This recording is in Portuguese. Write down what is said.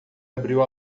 abriu